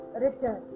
returned